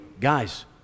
Guys